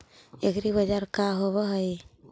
एग्रीबाजार का होव हइ?